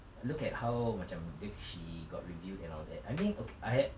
look at how macam di~ she got reviewed and all that I mean okay I